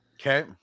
Okay